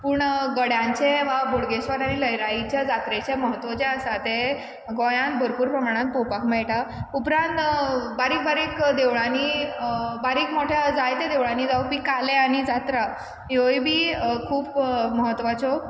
पूण गड्यांचे वा बोडगेश्वर आनी लयराईच्या जात्रेचें महत्व जें आसा तें गोंयान भरपूर प्रमाणान पोवपाक मेयटा उपरांत बारीक बारीक देवळांनी बारीक मोट्या जायत्या देवळांनी जावपी काले आनी जात्रा ह्योय बी खूब महत्वाच्यो